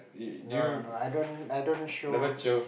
no no I don't I don't show